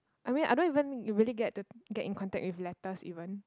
I mean I don't even you really get to get in contact in letters even